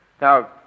Now